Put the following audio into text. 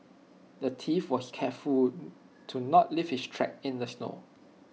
the thief was careful to not leave his tracks in the snow